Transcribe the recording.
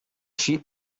sheep